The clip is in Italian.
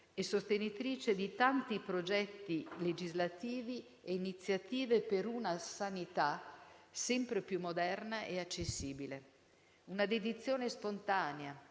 e sostenitrice di tanti progetti legislativi e iniziative per una sanità sempre più moderna e accessibile. Una dedizione spontanea,